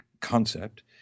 concept